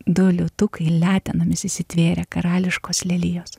du liūtukai letenomis įsitvėrę karališkos lelijos